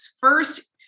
First